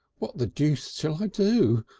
what the deuce shall i do?